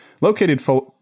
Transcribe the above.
located